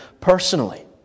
personally